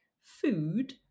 food